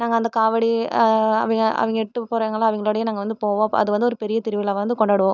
நாங்கள் அந்த காவடி அவங்க அவங்க எட்டு போகிறாங்கள அவங்களோடையே நாங்கள் வந்து போவோம் அது வந்து ஒரு பெரிய திருவிழாவாக வந்து கொண்டாடுவோம்